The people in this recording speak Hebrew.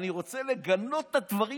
אני רוצה לגנות את הדברים